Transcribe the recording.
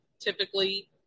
typically